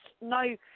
No